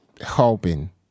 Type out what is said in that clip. helping